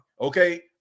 Okay